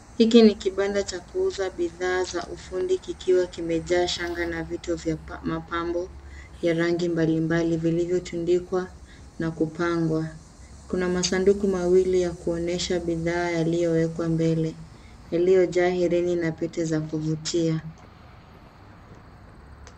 Hiki ni kibanda cha kuuza bidhaa za ufundi kikiwa kimejaa shanga na vitu vya mapambo ya rangi mbalimbali vilivyo tundikwa na kupangwa. Kuna masanduku mawili ya kuonyesha bidhaa yaliyo wekwa mbele yaliyo jaa herini na Pete za kuvutia.